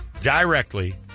directly